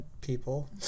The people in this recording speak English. people